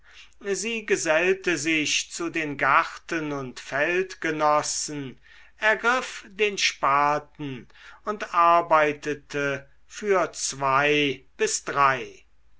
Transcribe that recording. sie gesellte sich zu den garten und feldgenossen ergriff den spaten und arbeitete für zwei bis drei